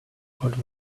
old